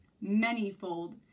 many-fold